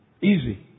easy